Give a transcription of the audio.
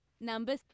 Number